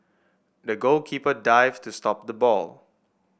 the goalkeeper dived to stop the ball